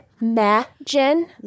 imagine